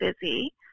busy